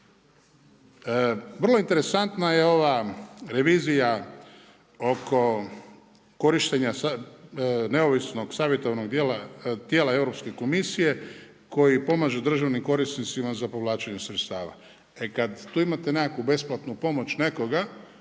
Vrlo interesantna je ova revizija oko korištenja neovisnog savjetodavnog tijela Europske komisije, koji pomaže državnim korisnicima za povlačenje sredstava. E kad tu imate nekakvu besplatnu pomoć nekoga,